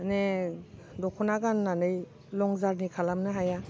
माने दख'ना गाननानै लं जारनि खालामनो हाया